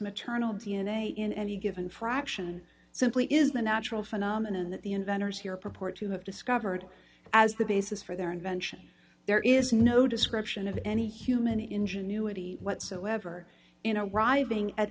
maternal d n a in any given fraction simply is the natural phenomenon that the inventors here purport to have discovered as the basis for their invention there is no description of any human ingenuity whatsoever in a riving at